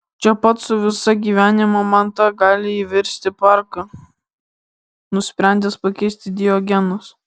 čia pat su visa gyvenimo manta gali įvirsti parką nusprendęs pakeisti diogenas